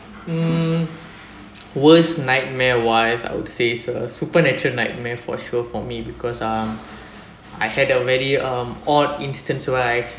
mm worst nightmare wise I would say so supernatural nightmare for sure for me because uh I had a very um odd instance where I